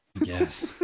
yes